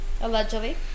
Allegedly